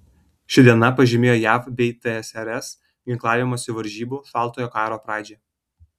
ši diena pažymėjo jav bei tsrs ginklavimosi varžybų šaltojo karo pradžią